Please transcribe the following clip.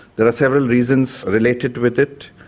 there are several reasons related with it.